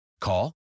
Call